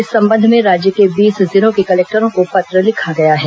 इस संबंध में राज्य के बीस जिलों के कलेक्टरों को पत्र लिखा गया है